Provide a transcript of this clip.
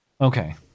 Okay